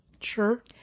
sure